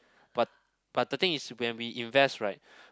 but but the thing is when we invest right